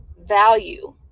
value